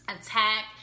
attack